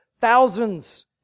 thousands